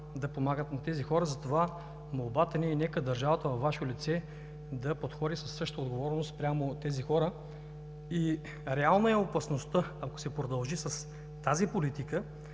да помагат на тези хора, затова молбата ни е – нека държавата във Ваше лице да подходи със същата отговорност спрямо тези хора. Реална е опасността, ако се продължи с тази политика,